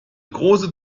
große